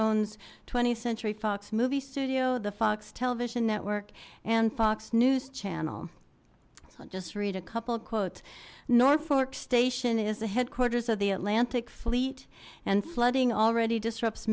owns twentieth century fox movie studio the fox television network and fox news channel i'll just read a couple quotes norfolk station is the headquarters of the atlantic fleet and flooding already disrupts